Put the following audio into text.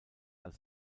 als